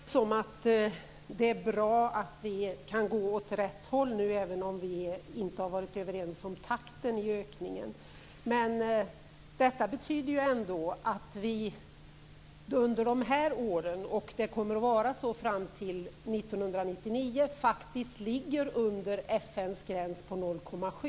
Fru talman! Vi är överens om att det är bra att det går åt rätt håll, även om vi inte har varit överens om takten i ökningen. Detta betyder att vi fram till år 1999 kommer att ligga under FN:s gräns på 0,7.